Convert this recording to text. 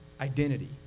identity